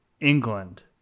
England